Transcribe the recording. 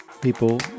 people